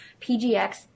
PGX